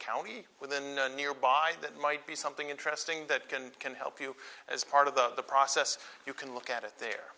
county within a nearby that might be something interesting that can help you as part of the process you can look at it there